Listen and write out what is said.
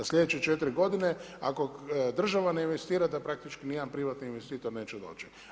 Da sljedeće 4. g. ako država ne investira, da praktički ni jedan privatni investitor neće doći.